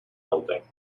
building